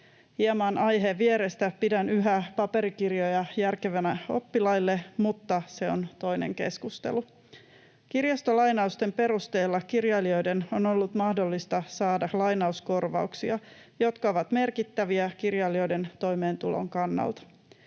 Hieman aiheen vierestä pidän yhä paperikirjoja järkevänä oppilaille, mutta se on toinen keskustelu. Kirjastolainausten perusteella kirjailijoiden on ollut mahdollista saada lainauskorvauksia, jotka ovat merkittäviä kirjailijoiden toimeentulon kannalta.